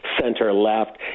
center-left